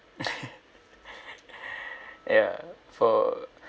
ya for